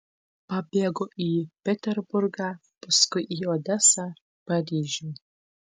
pabėgo į peterburgą paskui į odesą paryžių